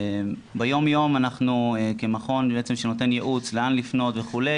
ביום-יום אנחנו כמכון שנותן ייעוץ לאן לפנות וכולי